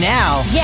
now